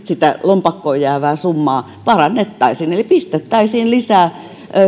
sitä lompakkoon jäävää summaa parannettaisiin eli pistettäisiin lisää